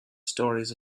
stories